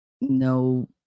no